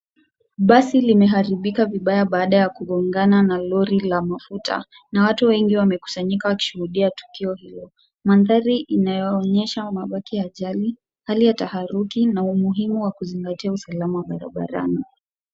Basi limeharibika vibaya baada ya kugongana la lori la mafuta na watu wengi wamekusanyika wakishuhudia tukio hilo. Mandhari inayoonyesha mabaki ya ajali, hali ya taharuki na umuhimu wa kuzingatia usalama barabarani.